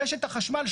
רשת החשמל,